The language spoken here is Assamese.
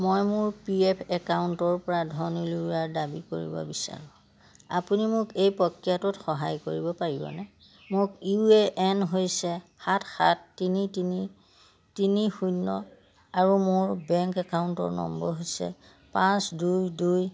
মই মোৰ পি এফ একাউণ্টৰপৰা ধন উলিওৱাৰ দাবী কৰিব বিচাৰোঁ আপুনি মোক এই প্ৰক্ৰিয়াটোত সহায় কৰিব পাৰিবনে মোক ইউ এ এন হৈছে সাত সাত তিনি তিনি তিনি শূন্য আৰু মোৰ বেংক একাউণ্টৰ নম্বৰ হৈছে পাঁচ দুই দুই